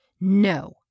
No